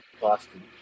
Boston